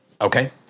Okay